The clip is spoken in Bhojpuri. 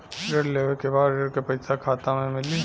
ऋण लेवे के बाद ऋण का पैसा खाता में मिली?